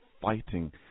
fighting